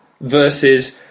versus